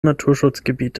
naturschutzgebiet